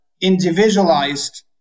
individualized